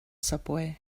subway